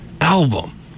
album